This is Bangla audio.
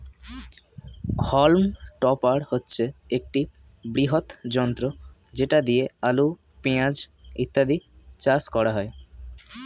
হল্ম টপার হচ্ছে একটি বৃহৎ যন্ত্র যেটা দিয়ে আলু, পেঁয়াজ ইত্যাদি চাষ করা হয়